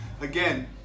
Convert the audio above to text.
again